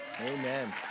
Amen